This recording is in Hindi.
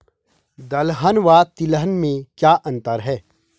दलहन एवं तिलहन में क्या अंतर है?